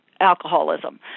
alcoholism